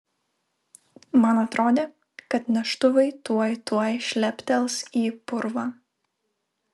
man atrodė kad neštuvai tuoj tuoj šleptels į purvą